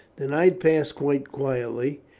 the night passed quite quietly,